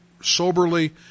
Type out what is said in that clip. soberly